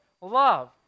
Love